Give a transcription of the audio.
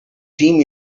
team